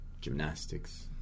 gymnastics